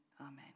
Amen